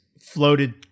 floated